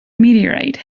meteorite